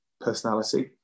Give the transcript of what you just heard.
personality